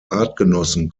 artgenossen